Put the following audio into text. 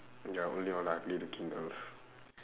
ya only in ricky house